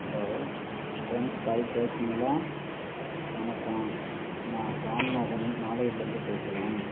hello friends call டேக்சிங்களா வணக்கம் நான் சுவாமிநாதன் மாலையீடுலேந்து பேசுகிறேன்